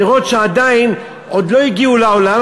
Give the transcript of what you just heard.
פירות שעדיין לא הגיעו לעולם,